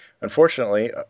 Unfortunately